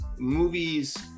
movies